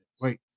wait